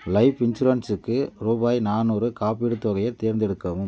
life இன்சூரன்ஸுக்கு ரூபாய் நானூறு காப்பீடு தொகையை தேர்ந்தெடுக்கவும்